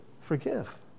Forgive